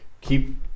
Keep